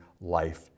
life